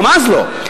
גם אז לא.